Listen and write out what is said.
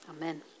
amen